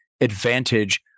advantage